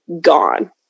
gone